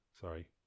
sorry